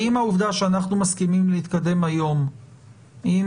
האם העובדה שאנחנו מסכימים להתקדם היום עם